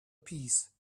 piece